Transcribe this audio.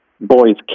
boys